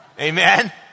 Amen